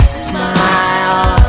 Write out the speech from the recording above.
smile